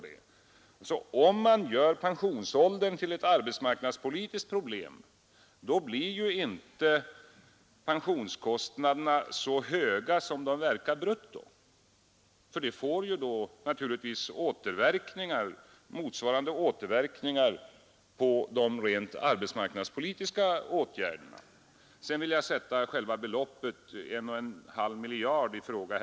Då blir inte bruttopensionskostnaderna så höga som de verkar, för de får naturligtvis motsvarande återverkningar på de rent arbetsmarknadspolitiska åtgärderna. Sedan vill jag sätta själva beloppet, 1,5 miljarder, i fråga.